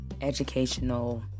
educational